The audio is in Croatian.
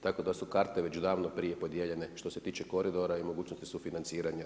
Tako da su karte već davno prije podijeljene što se tiče koridora i mogućnosti sufinanciranja.